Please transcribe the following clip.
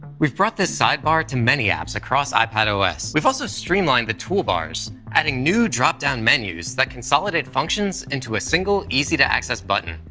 we've brought this sidebar to many apps across ipad os. we've also streamlined the toolbars, adding new dropdown menus that consolidate functions into a single, easy to access button.